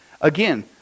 Again